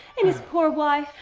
and his poor wife,